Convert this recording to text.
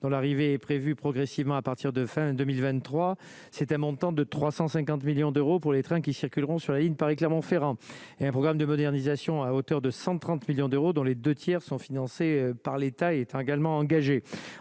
dans l'arrivée est prévue progressivement à partir de fin 2023 c'est un montant de 350 millions d'euros pour les trains qui circuleront sur la ligne Paris-Clermont-Ferrand et un programme de modernisation à hauteur de 130 millions d'euros dans les 2 tiers sont financés par l'État est également engagé